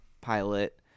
pilot